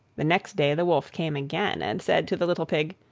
the next day the wolf came again, and said to the little pig,